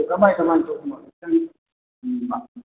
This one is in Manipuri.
ꯀꯃꯥꯏ ꯀꯃꯥꯏꯅ ꯇꯧꯕꯅꯣꯗꯣ ꯍꯥꯏꯐꯦꯠꯇꯪ ꯈꯪꯅꯤꯡꯕ